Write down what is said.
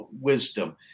wisdom